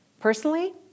Personally